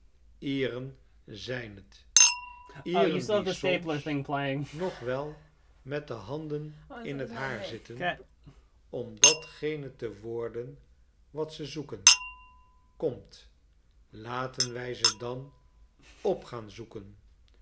ieren zijn ieren die soms nog wel met de handen in t haar zitten om datgene te worden wat ze zoeken komt laten wij ze dan op gaan zoeken